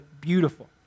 beautiful